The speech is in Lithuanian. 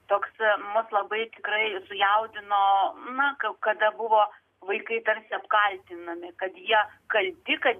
toks mus labai tikrai sujaudino na kada buvo vaikai tarsi apkaltinami kad jie kalti kad